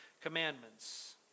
commandments